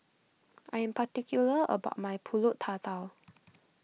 I am particular about my Pulut Tatal